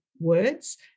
words